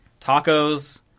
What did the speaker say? tacos